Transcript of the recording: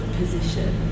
position